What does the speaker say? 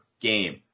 game